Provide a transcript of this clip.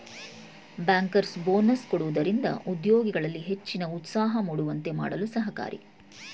bankers bonus ಕೊಡುವುದರಿಂದ ಉದ್ಯೋಗಿಗಳಲ್ಲಿ ಹೆಚ್ಚಿನ ಉತ್ಸಾಹ ಮೂಡುವಂತೆ ಮಾಡಲು ಸಹಕಾರಿ